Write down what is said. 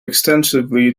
extensively